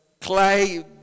clay